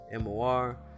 mor